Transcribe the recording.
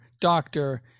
doctor